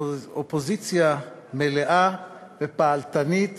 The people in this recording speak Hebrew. אופוזיציה מלאה ופעלתנית